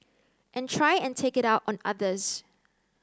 and try and take it out on others